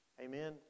Amen